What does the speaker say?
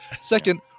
Second